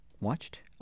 Watched